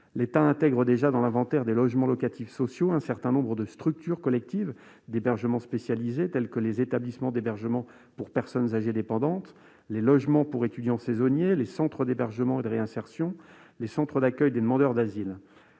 L'État intègre déjà dans l'inventaire des logements locatifs sociaux un certain nombre de structures collectives d'hébergement spécialisé telles que les établissements d'hébergement pour personnes âgées dépendantes (Ehpad), les logements pour étudiants saisonniers, les centres d'hébergement et de réinsertion sociale, les centres d'accueil de demandeurs d'asile.